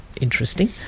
interesting